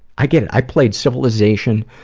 i get it. i played civilization